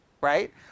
right